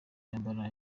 yambara